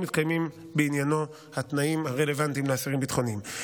אם מתקיימים בעניינו התנאים הרלוונטיים לאסירים ביטחוניים.